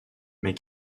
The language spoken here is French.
mais